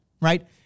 Right